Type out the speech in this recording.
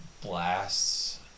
blasts